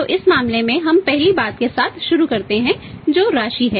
तो इस मामले में हम पहली बात के साथ शुरू करते हैं जो राशि है